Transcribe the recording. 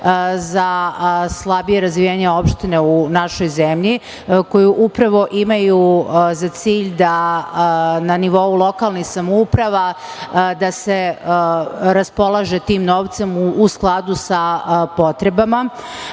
za slabije razvijene opštine u našoj zemlji koje upravo imaju za cilj da na nivou lokalnih samouprava da se raspolaže tim novcem u skladu sa potrebama.